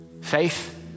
Faith